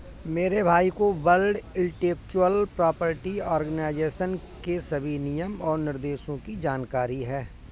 मेरे भाई को वर्ल्ड इंटेलेक्चुअल प्रॉपर्टी आर्गेनाईजेशन की सभी नियम और निर्देशों की जानकारी है